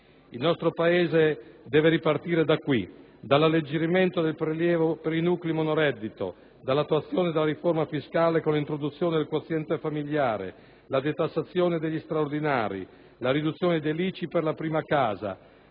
Il nostro Paese deve ripartire da qui: alleggerimento del prelievo per i nuclei monoreddito, attuazione della riforma fiscale con l'introduzione del quoziente famigliare, detassazione degli straordinari, riduzione dell'ICI per la prima casa,